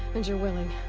and you're willing.